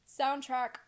soundtrack